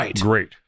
great